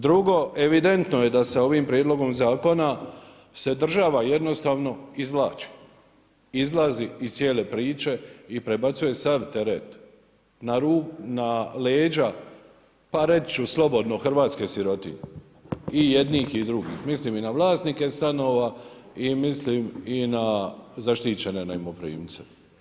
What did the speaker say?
Drugo, evidentno je da se ovim prijedlogom zakona se država jednostavno izvlači, izlazi iz cijele priče i prebacuje sav teret na leđa pa reći ću slobodno hrvatske sirotinje i jednih i drugih, mislim i na vlasnike stanova i mislim i na zaštićene najmoprimce.